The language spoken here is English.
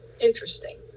interesting